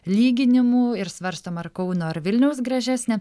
lyginimų ir svarstom ar kauno ar vilniaus gražesnė